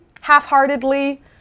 half-heartedly